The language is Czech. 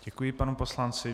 Děkuji panu poslanci.